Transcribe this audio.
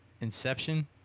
Inception